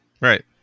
right